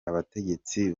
abategetsi